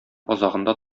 азагында